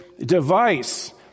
device